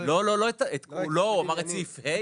לא, לא את כולו, הוא דיבר על סעיף (ה).